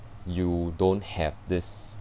you don't have this